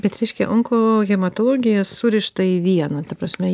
bet reiškia onkohematologija surišta į vieną ta prasme